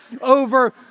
over